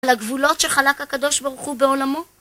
לגבולות שחלק הקדוש ברוך הוא בעולמו